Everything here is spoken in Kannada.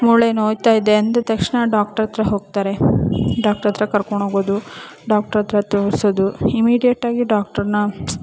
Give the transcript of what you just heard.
ಮೂಳೆ ನೋಯ್ತಾಯಿದೆ ಅಂದ ತಕ್ಷಣ ಡಾಕ್ಟ್ರ್ ಹತ್ರ ಹೋಗ್ತಾರೆ ಡಾಕ್ಟ್ರ್ ಹತ್ರ ಕರ್ಕೊಂಡು ಹೋಗೋದು ಡಾಕ್ಟ್ರ್ ಹತ್ರ ತೋರಿಸೋದು ಇಮಿಡಿಯೇಟ್ಟಾಗಿ ಡಾಕ್ಟರನ್ನ